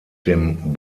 dem